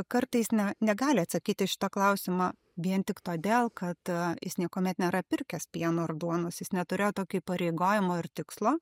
kartais ne negali atsakyti į šitą klausimą vien tik todėl kad jis niekuomet nėra pirkęs pieno ar duonos jis neturėjo tokio įpareigojimo ir tikslo